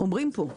אומרים פה,